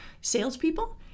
salespeople